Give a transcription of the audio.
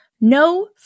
no